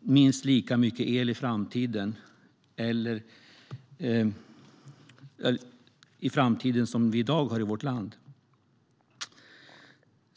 minst lika mycket el i framtiden som i dag i vårt land.